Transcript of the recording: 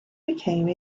became